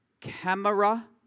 camera